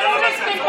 אל תאיים עליו.